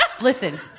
listen